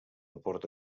porta